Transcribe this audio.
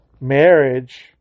marriage